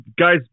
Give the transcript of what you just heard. guy's